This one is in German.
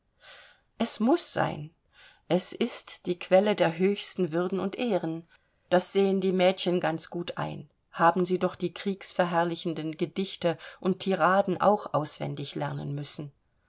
es muß sein es ist die quelle der höchsten würden und ehren das sehen die mädchen ganz gut ein haben sie doch die kriegsverherrlichenden gedichte und tiraden auch auswendig lernen müssen